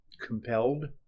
compelled